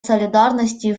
солидарности